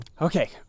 Okay